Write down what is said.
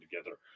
together